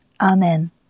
Amen